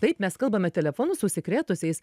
taip mes kalbame telefonu su užsikrėtusiais